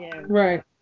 Right